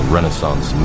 Renaissance